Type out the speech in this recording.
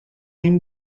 این